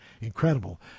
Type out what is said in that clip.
incredible